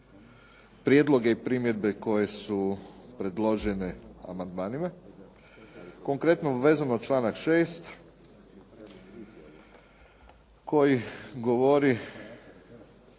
prijedloge i primjedbe koje su predložene amandmanima. Konkretno vezano uz članak 6. koji govori